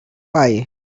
why